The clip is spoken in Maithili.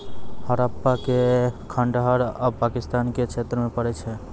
हड़प्पा के खंडहर आब पाकिस्तान के क्षेत्र मे पड़ै छै